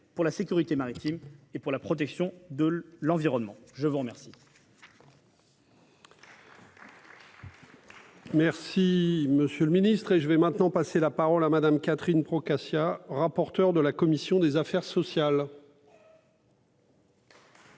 pour la sécurité maritime et pour la protection de l'environnement. La parole